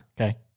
Okay